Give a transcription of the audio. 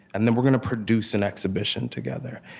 and then we're going to produce an exhibition together.